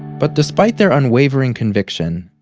but despite their unwavering conviction,